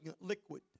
liquid